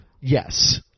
Yes